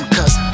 Cause